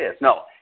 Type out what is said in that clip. No